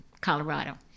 Colorado